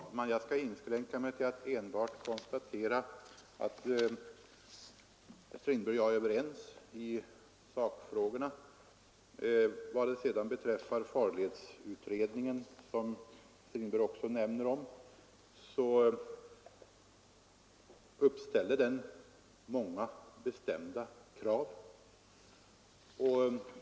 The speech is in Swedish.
Fru talman! Jag skall inskränka mig till att enbart konstatera att herr Strindberg och jag är överens i sakfrågorna. Vad beträffar farledsutredningen, som herr Strindberg också nämner, uppställer den många bestämda krav.